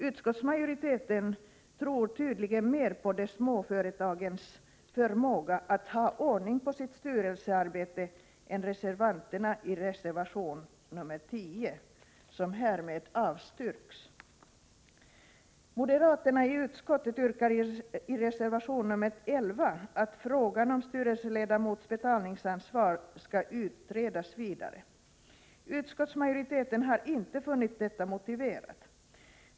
Utskottsmajoriteten tror tydligen mer på de små företagens förmåga att ha ordning på sitt styrelsearbete än reservanterna i reservation 10, som härmed avstyrks. Moderaterna i utskottet yrkar i reservation 11 att frågan om styrelseledamots betalningsansvar skall utredas vidare. Utskottsmajoriteten har inte funnit detta motiverat.